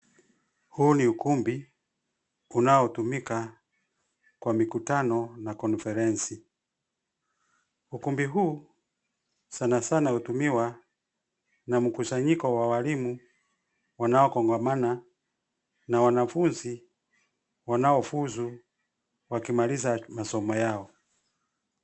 Huu ni ukumbi unaotumika kwa mikutano na konferensi . Ukumbi huu sanasana hutumiwa na mkusanyiko wa walimu wanaokongomana na wanafunzi wanaofuzu wakimaliza masomo yao.